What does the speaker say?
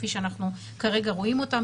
כפי שאנחנו כרגע רואים אותם,